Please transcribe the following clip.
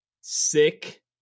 sick